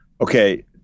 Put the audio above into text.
Okay